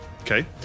Okay